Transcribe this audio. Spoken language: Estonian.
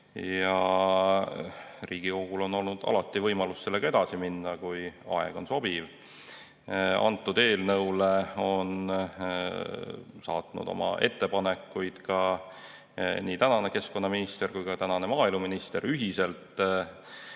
Riigikogul on olnud alati võimalus sellega edasi minna, kui aeg on sobiv. Selle eelnõu kohta on saatnud oma ettepanekuid nii praegune keskkonnaminister kui ka praegune maaeluminister ühiselt.